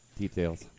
Details